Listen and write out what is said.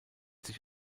sich